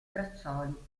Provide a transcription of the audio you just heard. braccioli